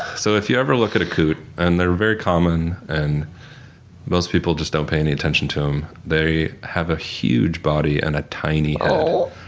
so if you ever look at a coot, and they're very common and most people just don't pay any attention to them. they have a huge body and a tiny head.